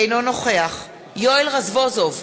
אינו נוכח יואל רזבוזוב,